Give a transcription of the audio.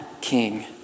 king